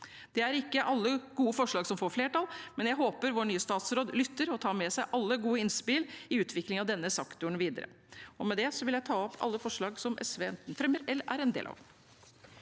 Det er ikke alle gode forslag som får flertall, men jeg håper vår nye statsråd lytter og tar med seg alle gode innspill i utviklingen av denne sektoren videre. Med det vil jeg ta opp de resterende forslagene SV er med på.